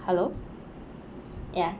hello ya